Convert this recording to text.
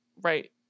right